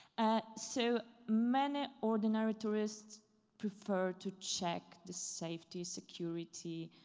ah so many ordinary tourists prefer to check the safety security